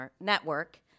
Network